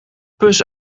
pus